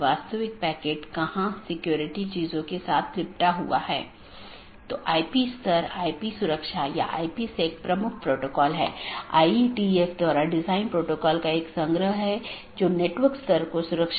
अब ऑटॉनमस सिस्टमों के बीच के लिए हमारे पास EBGP नामक प्रोटोकॉल है या ऑटॉनमस सिस्टमों के अन्दर के लिए हमारे पास IBGP प्रोटोकॉल है अब हम कुछ घटकों को देखें